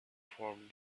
from